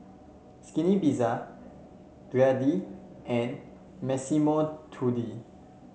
Skinny Pizza Glade and Massimo Dutti